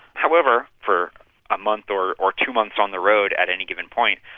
however, for a month or or two months on the road, at any given point,